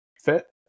fit